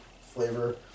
flavor